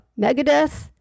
Megadeth